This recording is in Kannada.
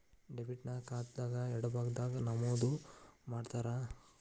ಡೆಬಿಟ್ ನ ಖಾತಾದ್ ಎಡಭಾಗದಾಗ್ ನಮೂದು ಮಾಡಿರ್ತಾರ